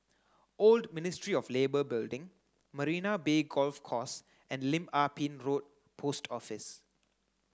Old Ministry of Labour Building Marina Bay Golf Course and Lim Ah Pin Road Post Office